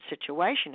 situation